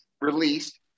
released